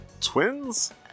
Twins